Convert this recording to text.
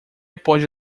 pode